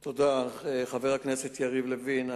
תודה, חבר הכנסת יריב לוין.